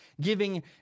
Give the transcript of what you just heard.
giving